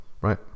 right